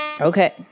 Okay